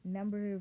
Number